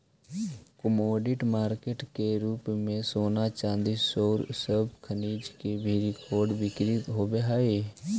commodity market के रूप में सोना चांदी औउर सब खनिज के भी कर्रिड बिक्री होवऽ हई